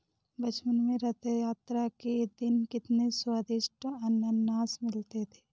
बचपन में रथ यात्रा के दिन कितने स्वदिष्ट अनन्नास मिलते थे